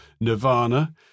Nirvana